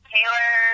Taylor